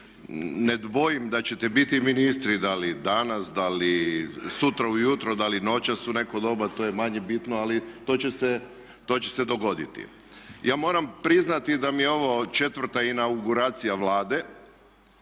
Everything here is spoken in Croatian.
ne dvojim da ćete biti ministri da li danas, da li sutra ujutro, da li noćas u neko doba, to je manje bitno, ali to će se dogoditi. Ja moram priznati da mi je ovo 4.-ta inauguracija Vlade